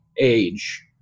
age